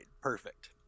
Perfect